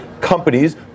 companies